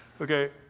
Okay